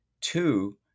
Two